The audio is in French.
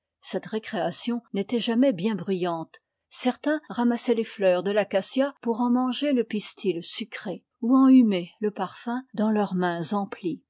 cette récréation n'était jamais bien bruyante cer tains ramassaient les fleurs de l'acacia pour en manger le pistil sucré ou en humer le parfum dans leurs mains emplies